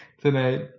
tonight